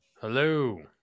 Hello